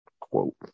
quote